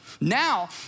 Now